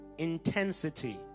intensity